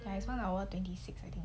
and it's one hour twenty six I think